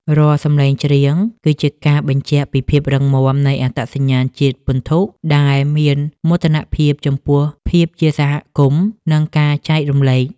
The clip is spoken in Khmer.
រាល់សម្លេងច្រៀង គឺជាការបញ្ជាក់ពីភាពរឹងមាំនៃអត្តសញ្ញាណជាតិពន្ធុ ដែលមានមោទនភាពចំពោះភាពជាសហគមន៍ និងការចែករំលែក។